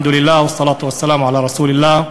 התהילה לאלוהים והתפילה והשלום על שליח האלוהים.